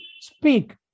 speak